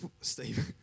Steve